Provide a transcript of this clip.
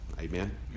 Amen